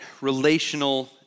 relational